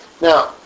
Now